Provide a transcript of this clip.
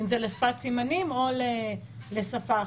אם זה לשפת הסימנים או לשפה אחרת.